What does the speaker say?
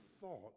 thought